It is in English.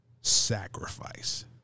Sacrifice